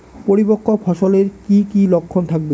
পরিপক্ক ফসলের কি কি লক্ষণ থাকবে?